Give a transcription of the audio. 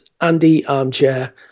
AndyArmchair